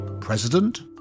president